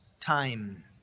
time